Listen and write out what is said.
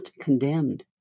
condemned